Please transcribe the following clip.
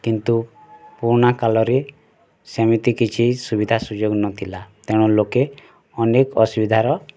କିନ୍ତୁ ପୁରୁଣା କାଳରେ ସେମିତି କିଛି ସୁବିଧା ସୁଯୋଗ ନଥିଲା ତେଣୁ ଲୋକେ ଅନେକ୍ ଅସୁବିଧାର